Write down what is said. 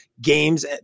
games